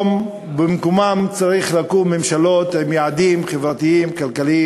ובמקומן צריכות לקום ממשלות עם יעדים חברתיים-כלכליים